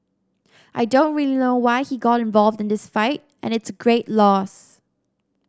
I don't really know why he got involved in this fight and it's a great loss